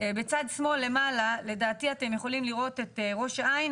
בצד שמאל למעלה לדעתי אתם יכולים לראות את ראש העין,